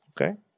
Okay